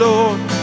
Lord